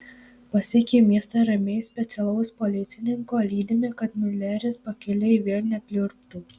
pasiekė miestą ramiai specialaus policininko lydimi kad miuleris pakeliui vėl nepliurptų